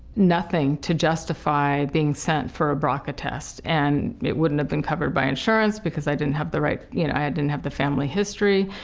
nothing to justify being sent for a brca test. and it wouldn't have been covered by insurance because i didn't have the right you know i didn't have the family history,